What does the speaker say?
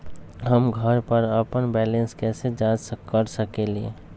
हम घर पर अपन बैलेंस कैसे जाँच कर सकेली?